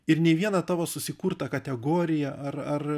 ir nei viena tavo susikurta kategorija ar ar